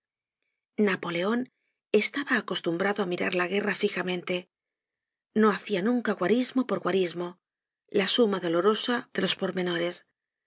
napoleon estaba acostumbrado á mirar la guerra fijamente no hacia nunca guarismo por guarismo la suma dolorosa de los pormenores